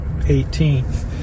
18th